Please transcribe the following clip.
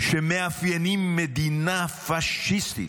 שמאפיינים מדינה פשיסטית,